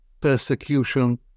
persecution